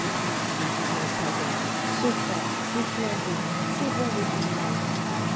et puis ces déguisements païens ce fard ces flambeaux ces voix efféminées